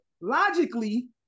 logically